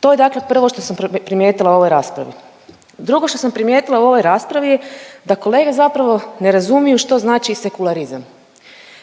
To je dakle prvo što sam primijetila u ovoj raspravi. Drugo što sam primijetila u ovoj raspravi je da kolege zapravo ne razumiju što znači sekularizam.